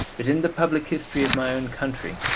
but in the public history of my own country,